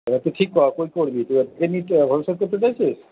এবার তুই ঠিক কর কই করবি ভবিষ্যৎ করতে চাইছিস